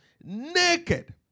naked